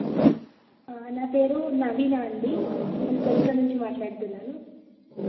నా పేరు నవీనా అండి నేను కోరుట్ల నుంచి మాట్లాడుతున్నాను